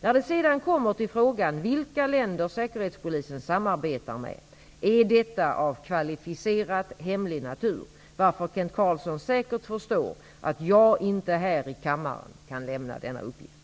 När det sedan kommer till frågan vilka länder Säkerhetspolisen samarbetar med är detta av kvalificerat hemlig natur, varför Kent Carlsson säkert förstår att jag inte här i kammaren kan lämna denna uppgift.